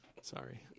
Sorry